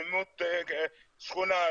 אלימות בשכונה,